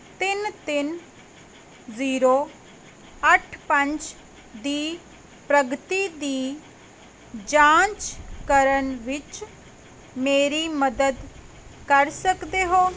ਤਿੰਨ ਤਿੰਨ ਜ਼ੀਰੋ ਅੱਠ ਪੰਜ ਦੀ ਪ੍ਰਗਤੀ ਦੀ ਜਾਂਚ ਕਰਨ ਵਿੱਚ ਮੇਰੀ ਮਦਦ ਕਰ ਸਕਦੇ ਹੋ